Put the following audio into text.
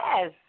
Yes